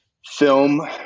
film